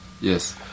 Yes